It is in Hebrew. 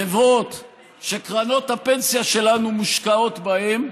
חברות שקרנות הפנסיה שלנו מושקעות בהן,